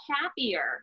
happier